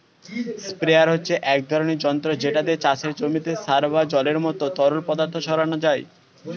sprayer হচ্ছে এক ধরনের যন্ত্র যেটা দিয়ে চাষের জমিতে সার বা জলের মতো তরল পদার্থ ছড়ানো যায়